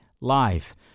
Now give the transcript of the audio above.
life